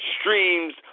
streams